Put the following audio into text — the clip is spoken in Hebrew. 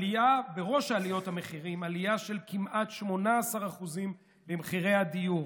בראש עליות המחירים יש עלייה של כמעט 18% במחירי הדיור,